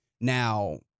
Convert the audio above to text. now